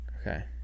okay